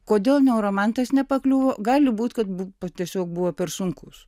kodėl neuromantas nepakliuvo gali būt kad tiesiog buvo per sunkūs